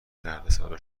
دردسرا